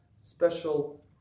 special